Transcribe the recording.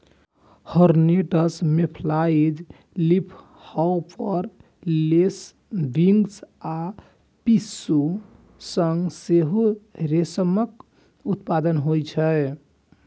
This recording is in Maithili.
हौर्नेट्स, मेफ्लाइज, लीफहॉपर, लेसविंग्स आ पिस्सू सं सेहो रेशमक उत्पादन होइ छै